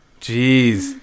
Jeez